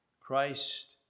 Christ